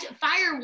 fire